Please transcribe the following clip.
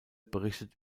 berichtet